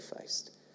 faced